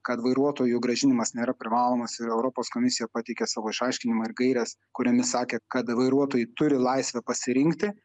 kad vairuotojų grąžinimas nėra privalomas ir europos komisija pateikė savo išaiškinimą ir gaires kuriomis sakė kad vairuotojai turi laisvę pasirinkti